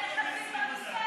אתם נאחזים בכיסא,